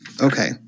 okay